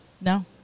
No